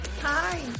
Hi